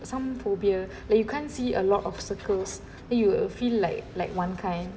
some phobia like you can't see a lot of circles then you uh feel like like one kind